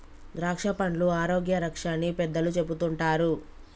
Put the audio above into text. ద్రాక్షపండ్లు ఆరోగ్య రక్ష అని పెద్దలు చెపుతుంటారు